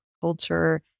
culture